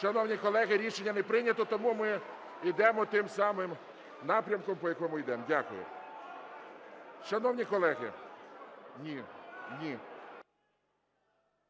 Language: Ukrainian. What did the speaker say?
Шановні колеги, рішення не прийнято, тому ми йдемо тим самим напрямком, по якому йдемо. Дякую. Шановні колеги, ми